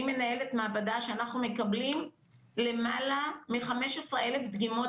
אני מנהלת מעבדה שאנחנו מקבלים למעלה מ-15,000 דגימות